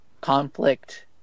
conflict